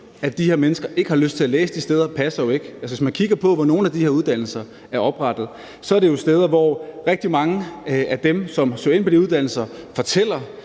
at de her mennesker ikke har lyst til at læse de steder, passer jo ikke. Hvis man kigger på, hvor nogle af de her uddannelser er oprettet, er det jo steder, hvor rigtig mange af dem, som søger ind på de uddannelser, fortæller,